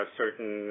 certain